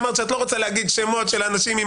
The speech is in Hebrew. אמרת שאת לא רוצה להגיד שמות של אנשים עם